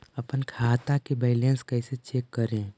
अपन खाता के बैलेंस कैसे चेक करे?